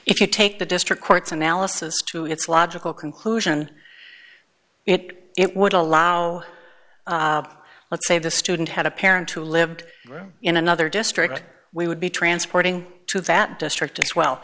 if you take the district court's analysis to its logical conclusion it would allow let's say the student had a parent who lived in another district we would be transporting to that district as well